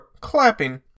Clapping